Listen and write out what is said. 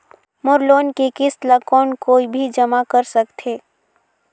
मोर loan के किस्त ल कौन कोई भी जमा कर सकथे?